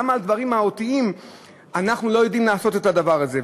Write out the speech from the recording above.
למה בדברים מהותיים אנחנו לא יודעים לעשות את הדבר הזה?